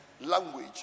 language